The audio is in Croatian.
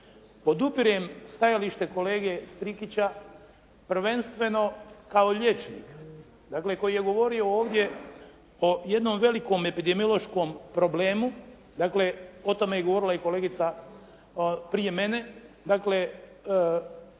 Podupirem stajalište kolege Strikića prvenstveno kao liječnik dakle koji je govorio ovdje o jednom velikom epidemiološkom problemu dakle o tome je govorila i kolegica prije mene. Dakle